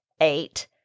Eight